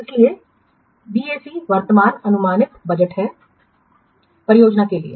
इसलिए बीएसी वर्तमान अनुमानित बजट है परियोजना के लिए